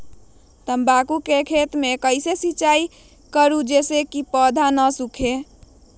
तम्बाकू के खेत मे कैसे सिंचाई करें जिस से पौधा नहीं सूखे?